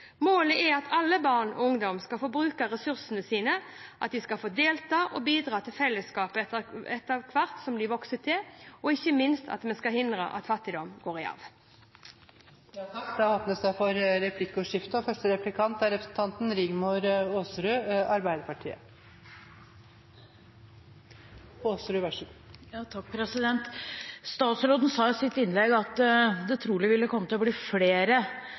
Målet er at alle barn og ungdom skal få bruke ressursene sine, at de skal få delta og bidra til felleskapet etter hvert som de vokser til, og ikke minst at vi skal hindre at fattigdom går i arv. Det blir replikkordskifte. Statsråden sa i sitt innlegg at det trolig ville komme til å bli flere fattige barn i Norge til neste år på grunn av at det kommer mange asylsøkere og innvandrere til